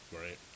Right